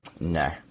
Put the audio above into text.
no